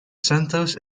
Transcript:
santos